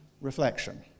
reflection